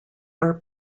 are